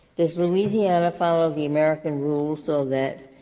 does louisiana follow the american rule so that